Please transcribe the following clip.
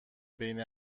بین